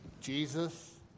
Jesus